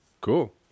Cool